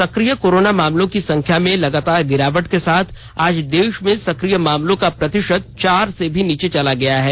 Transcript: सक्रिय कोरोना मामलों की संख्या में लगातार गिरावट के साथ आज देश में सक्रिय मामलों का प्रतिशत चार से भी नीचे चला गया है